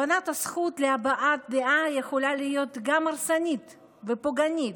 הבנת הזכות להבעת דעה יכולה להיות גם הרסנית ופוגענית.